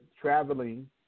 traveling